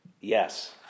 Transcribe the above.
Yes